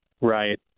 Right